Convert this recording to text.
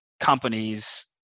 companies